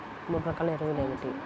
మూడు రకాల ఎరువులు ఏమిటి?